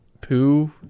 poo